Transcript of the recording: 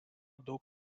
daug